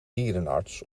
dierenarts